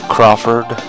Crawford